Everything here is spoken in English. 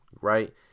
Right